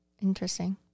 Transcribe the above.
Interesting